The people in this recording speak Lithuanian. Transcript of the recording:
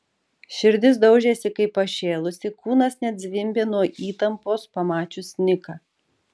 širdis daužėsi kaip pašėlusi kūnas net zvimbė nuo įtampos pamačius niką